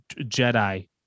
Jedi